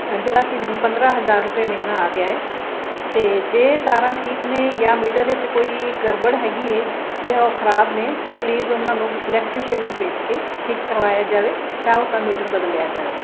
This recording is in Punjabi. ਅ ਜਿਹੜਾ ਕਿ ਹੁਣ ਪੰਦਰ੍ਹਾਂ ਹਜ਼ਾਰ ਰੁਪਏ ਮਹੀਨਾ ਆ ਗਿਆ ਏ ਅਤੇ ਜੇ ਤਾਰਾਂ ਠੀਕ ਨੇ ਜਾਂ ਮੀਟਰ ਵਿੱਚ ਕੋਈ ਗੜਬੜ ਹੈਗੀ ਏ ਜਾਂ ਉਹ ਖ਼ਰਾਬ ਨੇ ਤਾਂ ਪਲੀਜ਼ ਉਹਨਾਂ ਨੂੰ ਇਲੈਕਟਰੀਸ਼ੀਅਨ ਨੂੰ ਭੇਜ ਕੇ ਠੀਕ ਕਰਵਾਇਆ ਜਾਵੇ ਚਾਹੋ ਤਾਂ ਮੀਟਰ ਬਦਲਿਆ ਜਾਵੇ